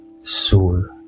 soul